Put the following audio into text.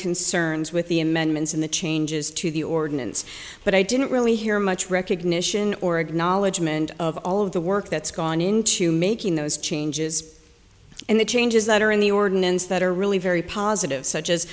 concerns with the amendments and the changes to the ordinance but i didn't really hear much recognition or acknowledgement of all of the work that's gone into making those changes and the changes that are in the ordinance that are really very positive such as